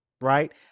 Right